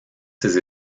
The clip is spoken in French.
ses